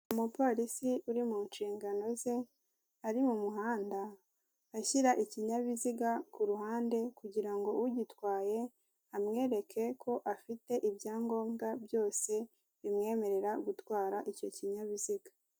Umupolisi uri mu nshingano ze, ari mu muhanda, ashyira ikinyabiziga k'uruhande kugira ugitwaye amwereke ko afite ibyangombwa byose bimwemerera gutwara icyo kinyabiziga.